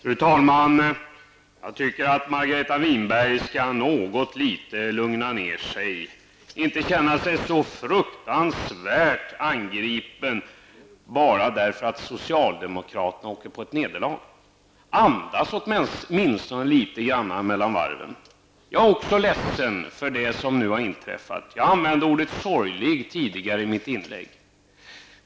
Fru talman! Jag tycker att Margareta Winberg skall lugna ner sig litet grand och inte känna sig så fruktansvärt angripen bara därför att socialdemokrater åker på ett nederlag. Andas åtminstone litet grand mellan varven, Margareta Winberg. Jag är också ledsen över det som nu har inträffat. Jag använde ordet sorgligt tidigare i mitt inlägg.